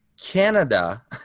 Canada